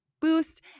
boost